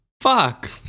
Fuck